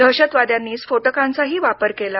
दहशतवाद्यांनी स्फोटकांचाही वापर केला